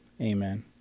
Amen